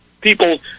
people